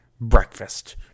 breakfast